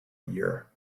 year